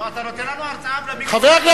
אבל אתה נותן לנו הרצאה במיקרו כלכלה.